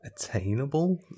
attainable